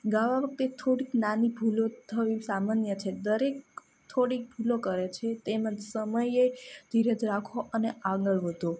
ગાવા વખતે થોડીક નાની ભૂલો થવું સામાન્ય છે દરેક થોડીક ભૂલો કરે છે તેમજ સમયે ધીરજ રાખો અને આગળ વધો